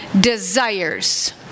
desires